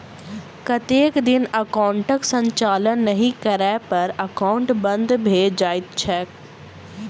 कतेक दिन एकाउंटक संचालन नहि करै पर एकाउन्ट बन्द भऽ जाइत छैक?